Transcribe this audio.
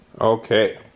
okay